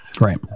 Right